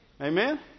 Amen